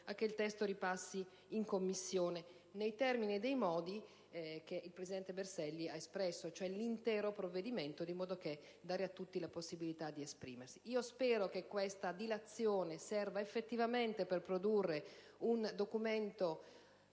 a che il testo ripassi in Commissione nei termini e nei modi che il presidente Berselli ha espresso. Si lavorerà cioè sull'intero provvedimento in modo da dare a tutti la possibilità di esprimersi. Spero che la dilazione serva effettivamente a produrre un testo